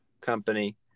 company